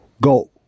go